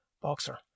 boxer